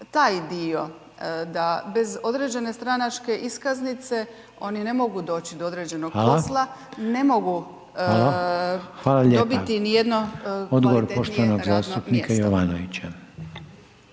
taj dio, da bez određene stranačke iskaznice oni ne mogu doći do određenog posla, ne mogu dobiti ni jedno kvalitetnije radno mjesto.